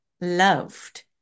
loved